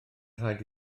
rhaid